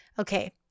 Okay